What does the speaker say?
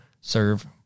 serve